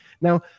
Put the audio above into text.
Now